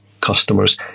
customers